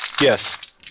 Yes